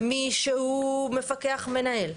מישהו מפקח מנהל,